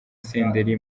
senderi